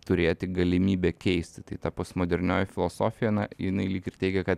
turėti galimybę keisti tai ta postmodernioji filosofija na jinai lyg ir teigia kad